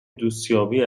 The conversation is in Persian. دوستیابی